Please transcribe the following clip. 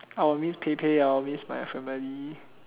I will miss Pei-Pei I will miss my family